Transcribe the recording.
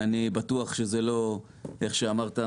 אני בטוח שזה לא איך שנאמר כאן,